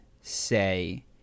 say